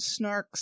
snarks